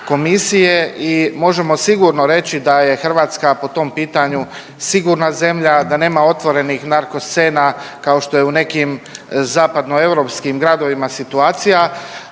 i možemo sigurno reći da je Hrvatska po tom pitanju sigurna zemlja da nema otvorenih narko scena kao što je u nekim zapadnoeuropskim gradovima situacija.